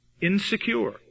insecure